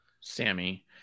Sammy